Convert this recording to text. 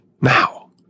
now